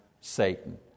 Satan